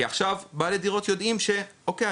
כי עכשיו בעלי הדירות יודעים שאוקיי,